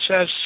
says